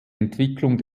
entwicklung